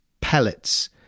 pellets